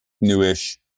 newish